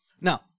Now